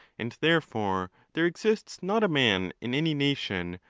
and therefore there exists not a man in any nation,